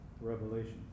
Revelation